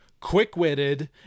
quick-witted